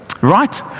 right